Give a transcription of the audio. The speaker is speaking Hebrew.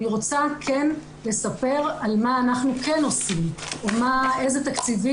אני רוצה כן לספר על מה אנחנו כן עושים או איזה תקציבים